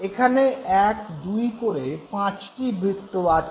এখানে এক দুই করে পাঁচটি বৃত্ত আছে